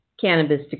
cannabis